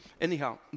anyhow